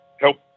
help